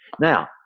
now